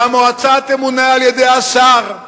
והמועצה תמונה על-ידי השר.